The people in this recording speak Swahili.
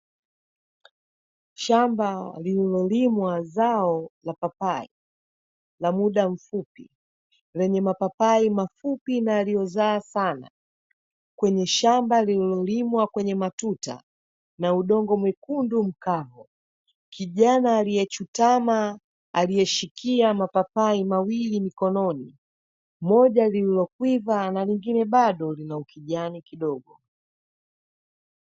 Shamba lililolimwa zao la papai la muda mfupi, lenye mapapai mafupi na yaliyozaa sana, kwenye shamba lililolimwa kwenye matuta na udongo mwekundu mkavu, kijana aliyechutama aliyeshikia mapapai mawili mikononi moja lililokwiva na lingine bado lina ukijani kidogo.